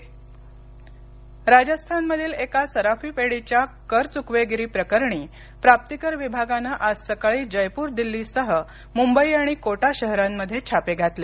छापे राजस्थानमधील एका सराफी पेढीच्या करचुकवेगिरी प्रकरणी प्राप्तीकर विभागानं आज सकाळी जयपूर दिल्लीसह मुंबई आणि कोटा शहरांमध्ये छापे घातले